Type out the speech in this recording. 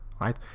right